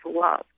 love